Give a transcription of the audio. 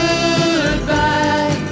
Goodbye